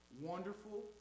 wonderful